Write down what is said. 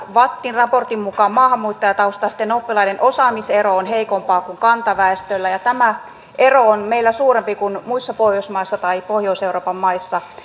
vattin raportin mukaan maahanmuuttajataustaisten oppilaiden osaaminen on heikompaa kuin kantaväestöllä ja tämä ero on meillä suurempi kuin muissa pohjoismaissa tai pohjois euroopan maissa